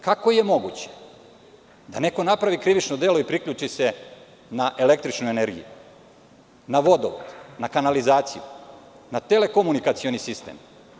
Kako je moguće da neko napravi krivično delo i priključi se na električnu energiju, na vodovod, na kanalizaciju, na telekomunikacioni sistem?